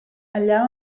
allà